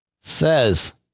says